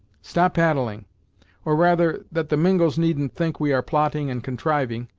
stop paddling or, rather, that the mingos needn't think we are plotting and contriving,